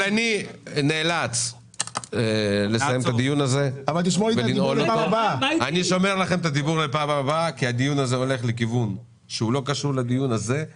אני צריך לסיים את הדיון הזה כי הדיון הולך לכיוון שלא קשור לסדר